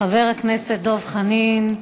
חבר הכנסת דב חנין,